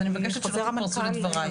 אז אני מבקשת שלא תתפרצו לדבריי.